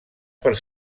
per